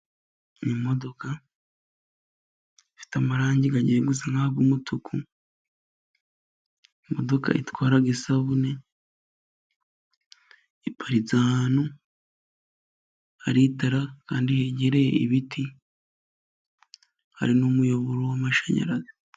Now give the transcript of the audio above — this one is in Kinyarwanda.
Imodoka ifite amarangi yenda gusa nk'umutuku. Imodoka itwara isabune iparitse ahantu haritara kandi hegereye ibiti hari n'umuyoboro w'amashanyarazi.